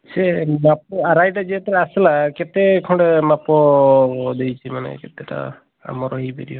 ସେ ବାପ ଆର୍ଆଇଟା ଯିଏ ଏଥର ଆସିଲା କେତେ ଖଣ୍ଡ ମାପ ଦେଇଛି ମାନେ କେତେଟା ଆମର ଇଏ ବି ଡିହ